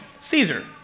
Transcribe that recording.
Caesar